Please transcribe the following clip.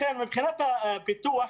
לכן מבחינת הפיתוח,